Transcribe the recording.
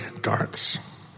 darts